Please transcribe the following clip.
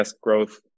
growth